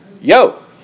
Yo